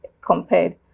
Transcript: compared